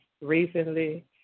recently